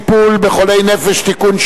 בחולי נפש (תיקון,